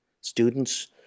students